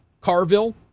Carville